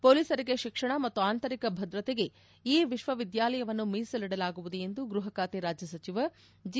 ಪೊಲೀಸರಿಗೆ ಶಿಕ್ಷಣ ಮತ್ತು ಆಂತರಿಕ ಭದ್ರತೆಗೆ ಈ ವಿಶ್ವವಿದ್ಯಾಲಯವನ್ನು ಮೀಸಲಿಡಲಾಗುವುದು ಎಂದು ಗ್ಬಹ ಖಾತೆ ರಾಜ್ಯ ಸಚಿವ ಜಿ